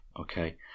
okay